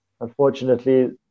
unfortunately